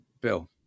Bill